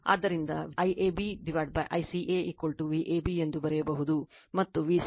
ಆದ್ದರಿಂದ IAB ICA Vab ಎಂದು ಬರೆಯಬಹುದು ಮತ್ತು Vca Vab ಕೋನ 240o ಬದಲಿ